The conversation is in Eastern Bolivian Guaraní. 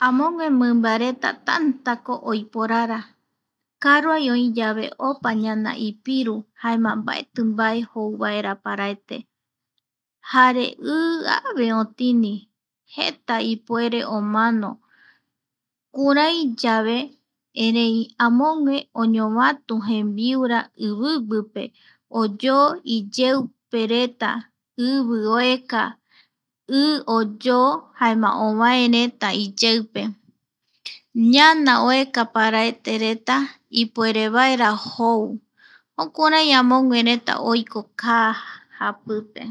Amogue mimbareta tantako oiporara, karuai oi yave opa ñana ipiru jaema mbaeti mbae jou vaera paraete, jare i ave otini, jeta ipuere omano. kurai yave, erei amogue oñovatu jembiura iviguipe, oyoo iyeupereta ivi oeka, i oyoo jaema ovaeretaiyeupe ñana oeka paraetereta ipuere vaera jou, jokurai amoguereta oiko kaa japipe.